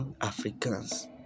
Africans